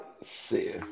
See